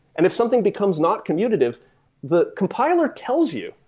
and if something becomes not commutative, the compiler tells you.